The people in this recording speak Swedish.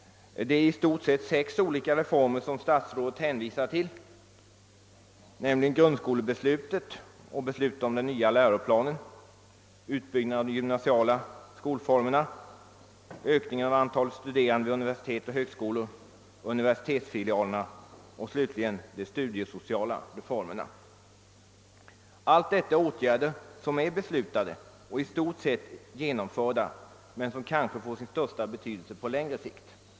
Det är i stort sett sex olika reformer, som statsrådet hänvisar till, nämligen grundskolebeslutet och beslutet om den nya läroplanen, utbyggnaden av de gymnasiala skolformerna, ökningen av antalet studerande vid universitet och högskolor, universitetsfilialerna och slutligen de studiesociala reformerna. Allt detta är åtgärder som är beslutade och i stort sett genomförda, men som kanske får sin största betydelse på längre sikt.